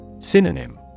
Synonym